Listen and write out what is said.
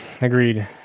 agreed